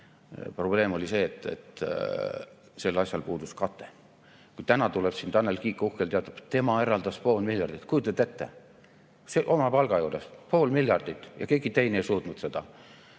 Probleem oli selles, et sellel asjal puudus kate. Kui täna tuleb siin Tanel Kiik ja uhkelt teatab, et tema eraldas pool miljardit – kujutate ette, oma palga juures pool miljardit, ja keegi teine ei suutnud seda,